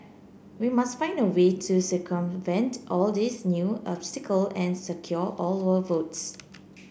we must find a way to circumvent all these new obstacle and secure our votes